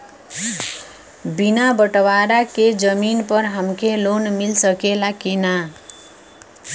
बिना बटवारा के जमीन पर हमके लोन मिल सकेला की ना?